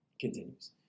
Continues